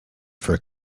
for